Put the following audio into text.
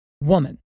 woman